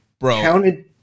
counted